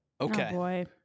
Okay